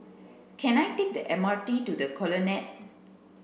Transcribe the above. can I take the M R T to the Colonnade